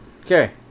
Okay